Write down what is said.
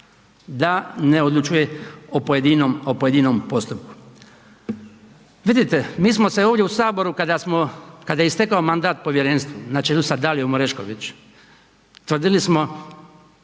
da ne odlučuje o pojedinom postupku. Vidite, mi smo se ovdje u Saboru kada smo, kada je istekao mandat povjerenstvu na čelu sa Dalijom Orešković tvrdili smo